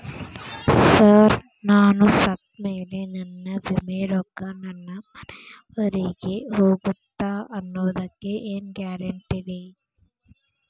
Sir ನಾನು ಸತ್ತಮೇಲೆ ನನ್ನ ವಿಮೆ ರೊಕ್ಕಾ ನನ್ನ ಮನೆಯವರಿಗಿ ಹೋಗುತ್ತಾ ಅನ್ನೊದಕ್ಕೆ ಏನ್ ಗ್ಯಾರಂಟಿ ರೇ?